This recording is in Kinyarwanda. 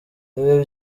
ibi